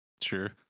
Sure